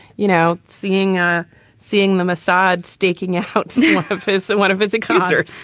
you know, seeing ah seeing them assad staking out office that want to visit concerts.